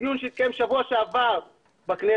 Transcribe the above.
אומר לך שבדיון שהתקיים בשבוע שעבר בכנסת,